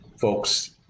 folks